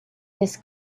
this